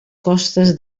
costes